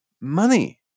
Money